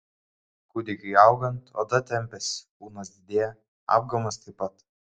kūdikiui augant oda tempiasi kūnas didėja apgamas taip pat